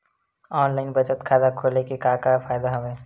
online बचत खाता खोले के का का फ़ायदा हवय